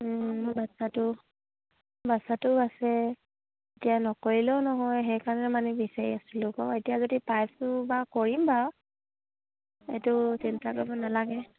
মোৰ বাচ্ছাটো বাচ্ছাটো আছে এতিয়া নকৰিলেও নহয় সেইকাৰণে মানে বিচাৰি আছিলোঁ আকৌ এতিয়া যদি পাইছোঁ বা কৰিম বাৰু এইটো চিন্তা কৰিব নালাগে